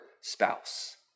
spouse